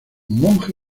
monje